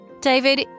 David